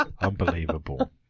unbelievable